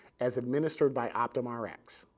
as administered by optumrx.